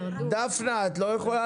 אני לא יכולה